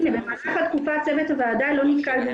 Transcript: הנה, צוות הוועדה לא נתקל.